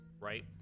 right